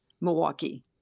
Milwaukee